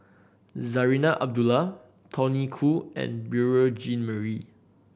Zarinah Abdullah Tony Khoo and Beurel Jean Marie